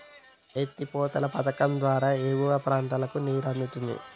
ఎత్తి పోతల పధకం ద్వారా ఎగువ ప్రాంతాలకు నీరు అందుతుంది